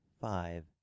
five